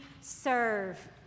serve